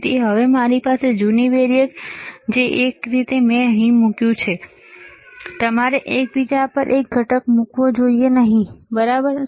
તેથી હવે મારી સાથે જૂની વેરીએક જે રીતે મેં અહીં મૂક્ય તમારે એકબીજા પર એક ઘટક મૂકવો જોઈએ નહીં બરાબર